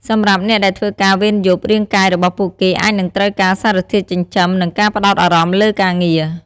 សម្រាប់អ្នកដែលធ្វើការវេនយប់ រាងកាយរបស់ពួកគេអាចនឹងត្រូវការសារធាតុចិញ្ចឹម និងការផ្តោតអារម្មណ៍លើការងារ។